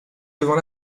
devant